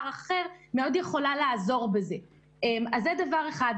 אחר מאוד יכולה לעזור בזה אז זה דבר אחד,